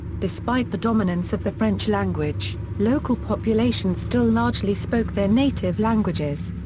despite the dominance of the french language, local populations still largely spoke their native languages.